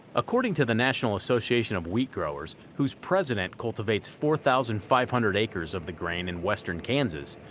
according to the national association of wheat growers, whose president cultivates four thousand five hundred acres of the grain in western kansas,